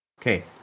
okay